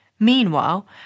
Meanwhile